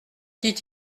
dit